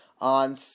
on